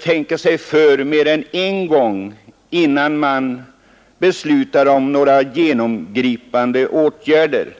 tänka oss för mer än en gång innan vi beslutar om några mera genomgripande åtgärder.